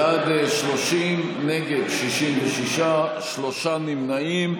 בעד, 30, נגד, 66, שלושה נמנעים.